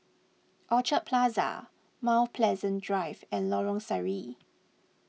Orchard Plaza Mount Pleasant Drive and Lorong Sari